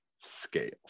Scales